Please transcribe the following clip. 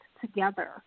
together